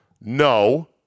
no